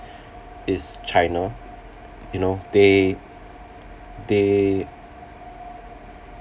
is china you know they they